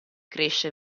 cresce